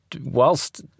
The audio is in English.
whilst